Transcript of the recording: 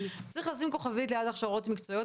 צריך לשים כוכבית ליד "הכשרות מקצועיות".